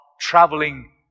traveling